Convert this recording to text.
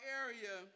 area